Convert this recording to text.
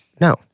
No